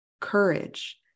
courage